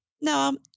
no